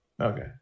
Okay